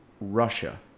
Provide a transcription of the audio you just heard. russia